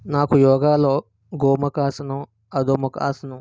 నాకు యోగాలో గోముఖ ఆసనం అధోముఖ ఆసనం